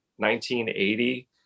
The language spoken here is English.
1980